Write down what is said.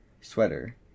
sweater